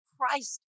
Christ